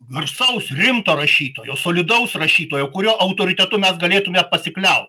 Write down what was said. garsaus rimto rašytojo solidaus rašytojo kurio autoritetu mes galėtume pasikliaut